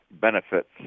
benefits